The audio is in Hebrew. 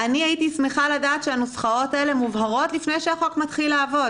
אני הייתי שמחה לדעת שהנוסחאות האלה מובהרות לפני שהחוק מתחיל לעבוד.